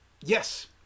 Yes